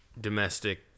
domestic